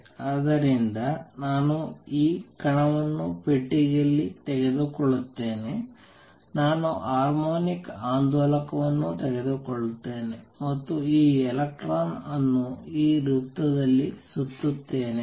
ಆದ್ದರಿಂದ ನಾನು ಈ ಕಣವನ್ನು ಪೆಟ್ಟಿಗೆಯಲ್ಲಿ ತೆಗೆದುಕೊಳ್ಳುತ್ತೇನೆ ನಾನು ಹಾರ್ಮೋನಿಕ್ ಆಂದೋಲಕವನ್ನು ತೆಗೆದುಕೊಳ್ಳುತ್ತೇನೆ ಮತ್ತು ಈ ಎಲೆಕ್ಟ್ರಾನ್ ಅನ್ನು ಈ ವೃತ್ತದಲ್ಲಿ ಸುತ್ತುತ್ತೇನೆ